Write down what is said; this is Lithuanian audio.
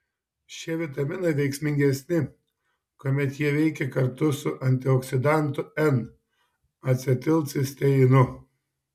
šie vitaminai veiksmingesni kuomet jie veikia kartu su antioksidantu n acetilcisteinu